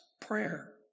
Prayer